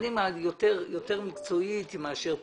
דנים יותר מקצועית מאשר פוליטית.